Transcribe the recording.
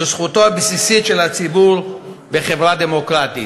זו זכותו הבסיסית של הציבור בחברה דמוקרטית.